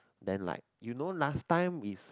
then like you know last time is